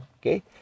Okay